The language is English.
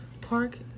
park